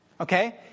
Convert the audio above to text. Okay